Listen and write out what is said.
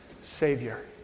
Savior